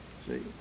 See